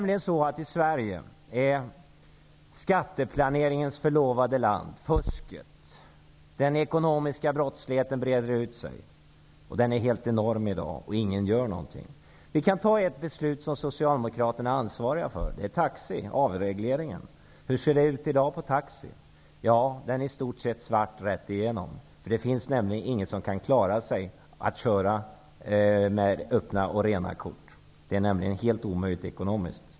I Sverige, skatteplaneringens förlovade land, breder fusket och den ekonomiska brottsligheten ut sig. Den är i dag helt enorm, men ingen gör någonting. Jag kan ta ett beslut, som Socialdemokraterna är ansvariga för, nämligen avregleringen av taxi. Hur ser det ut i dag i fråga om taxi? Ja, taxi är i stort sett svart rätt igenom. Ingen kan klara sig, om han kör med öppna och rena kort. Det är ekonomiskt helt omöjligt.